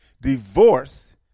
divorce